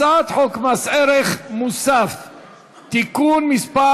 הצעת חוק מס ערך מוסף (תיקון מס'